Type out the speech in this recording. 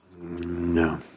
No